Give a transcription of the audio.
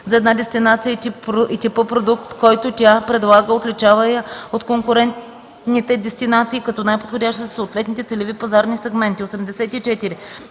за една дестинация и типа продукт, който тя предлага, отличаващи я от конкурентните дестинации като най-подходяща за съответните целеви пазарни сегменти. 84.